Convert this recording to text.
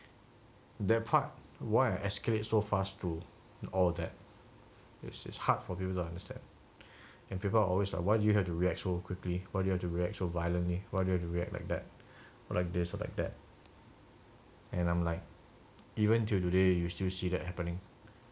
their part why I escalate so fast to all of that is is hard for people to understand and people are always why do you have to react so quickly why do you have to react so violently why do you have to react like that or like this are like that and I'm like even till today you still see that happening